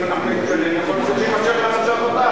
אם נתקדם, יכול להיות שזה יימשך למושב הבא.